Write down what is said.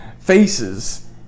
faces